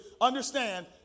Understand